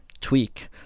tweak